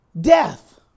death